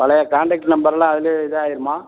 பழைய காண்டாக்ட் நம்பர்லாம் அதில் இது ஆயிடுமா